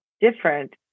different